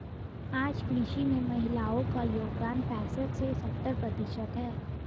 आज कृषि में महिलाओ का योगदान पैसठ से सत्तर प्रतिशत है